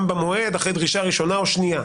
במועד אחרי דרישה ראשונה או שנייה.